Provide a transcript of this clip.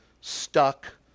stuck